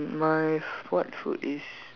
my default food is